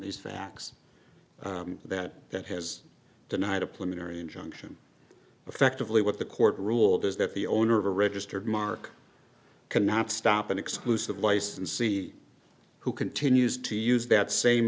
these facts that that has denied a planetary injunction effectively what the court ruled is that the owner of a registered mark cannot stop an exclusive licensee who continues to use that same